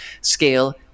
scale